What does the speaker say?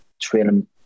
training